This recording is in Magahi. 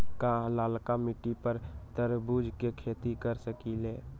हम लालका मिट्टी पर तरबूज के खेती कर सकीले?